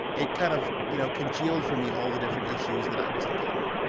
it kind of you know congealed for me all the different issues that i was encountering